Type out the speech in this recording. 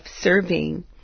serving